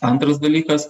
antras dalykas